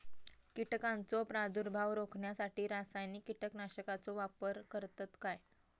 कीटकांचो प्रादुर्भाव रोखण्यासाठी रासायनिक कीटकनाशकाचो वापर करतत काय?